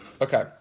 Okay